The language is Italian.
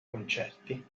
concerti